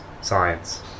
science